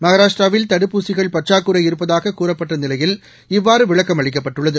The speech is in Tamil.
மகாராஷ்டிராவில் தடுப்பூசிகள் பற்றாக்குறை இருப்பதாகக் கூறப்பட்ட நிவையில் இவ்வாறு விளக்கம் அளிக்கப்பட்டுள்ளது